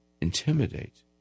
intimidate